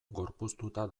gorpuztuta